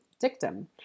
dictum